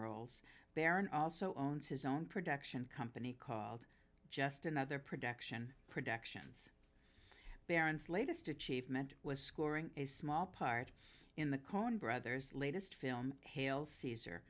roles baron also owns his own production company called just another production productions barents latest achievement was scoring a small part in the coen brothers latest film hail caesar